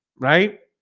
right?